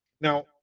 Now